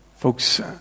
Folks